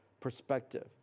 perspective